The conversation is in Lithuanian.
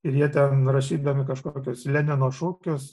ir tenjie rašydami kažkokius lenino šūkius